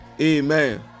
Amen